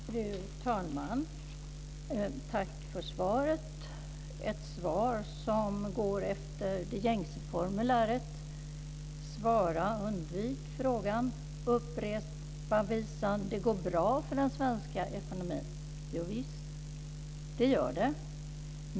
Fru talman! Tack för svaret! Det är ett svar som går efter det gängse formuläret - svara, undvik frågan, upprepa visan: Det går bra för den svenska ekonomin. Jovisst, det gör det.